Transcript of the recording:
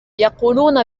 يقولون